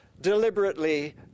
Deliberately